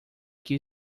que